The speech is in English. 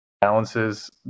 balances